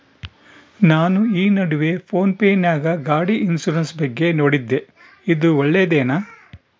ನಾನು ಈ ನಡುವೆ ಫೋನ್ ಪೇ ನಾಗ ಗಾಡಿ ಇನ್ಸುರೆನ್ಸ್ ಬಗ್ಗೆ ನೋಡಿದ್ದೇ ಇದು ಒಳ್ಳೇದೇನಾ?